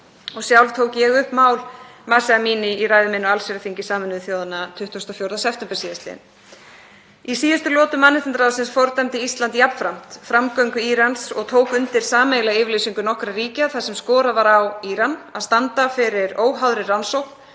og sjálf tók ég upp mál Mahsa Amini í ræðu minni á allsherjarþingi Sameinuðu þjóðanna 24. september sl. Í síðustu lotu mannréttindaráðsins fordæmdi Ísland jafnframt framgöngu Írans og tók undir sameiginlega yfirlýsingu nokkurra ríkja þar sem skorað var á Íran að standa fyrir óháðri rannsókn